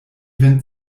vin